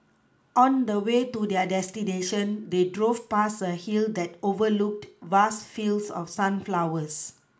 on the way to their destination they drove past a hill that overlooked vast fields of sunflowers